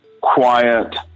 quiet